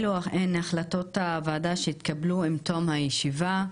אלו הן החלטות הוועדה שהתקבלו עם תום הישיבה: